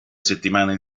settimane